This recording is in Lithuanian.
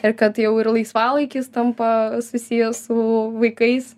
ir kad jau ir laisvalaikis tampa susijęs su vaikais